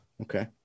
Okay